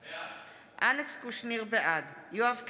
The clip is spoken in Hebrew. בעד יואב קיש,